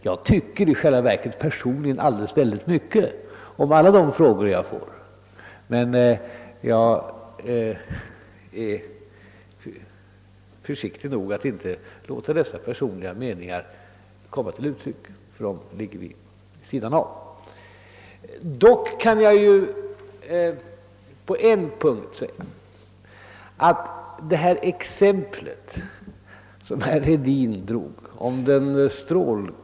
Jag tycker i själva verket, herr Hedin, personligen mycket i alla de frågor jag får, men jag är försiktig nog att inte låta personliga uppfattningar komma till uttryck i de fall de är ovidkommande.